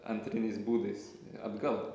antriniais būdais atgal